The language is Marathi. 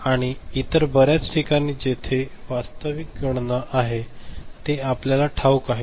आणि इतर बर्याच ठिकाणी जेथे वास्तविक गणना आहे हे आपल्याला ठाऊक आहे